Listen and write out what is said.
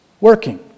working